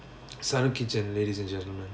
sanuk kitchen ladies and gentlemen